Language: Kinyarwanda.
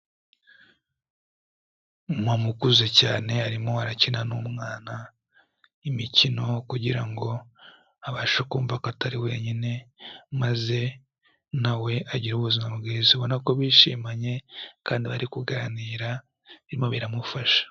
Umumama ukuze cyane arimo arakina n'umwana imikino kugira ngo abashe kumva ko atari wenyine, maze nawe agire ubuzima bwiza ubona ko bishimanye kandi bari kuganira, birimo biramufasha.